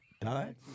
died